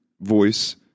voice